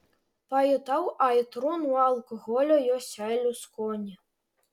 pajutau aitrų nuo alkoholio jo seilių skonį